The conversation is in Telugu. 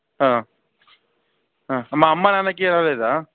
మా అమ్మ నాన్నకి అవ్వలేదా